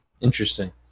Interesting